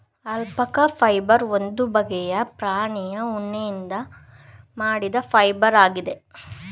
alpaca fibre ಒಂದು ಬಗ್ಗೆಯ ಪ್ರಾಣಿಯ ಉಣ್ಣೆಯಿಂದ ಮಾಡಿದ ಫೈಬರ್ ಆಗಿದೆ